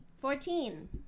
Fourteen